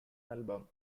album